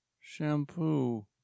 shampoo